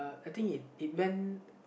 it think it it went